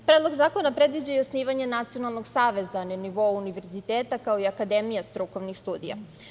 Predlog zakona predviđa i osnivanje nacionalnog saveza na nivou univerziteta, kao i Akademija strukovnih studija.